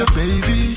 baby